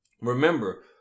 Remember